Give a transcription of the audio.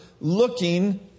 looking